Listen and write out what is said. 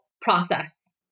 process